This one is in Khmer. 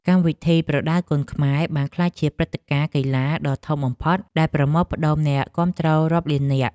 កម្មវិធីប្រដាល់គុណខ្មែរបានក្លាយជាព្រឹត្តិការណ៍កីឡាដ៏ធំបំផុតដែលប្រមូលផ្តុំអ្នកគាំទ្ររាប់លាននាក់។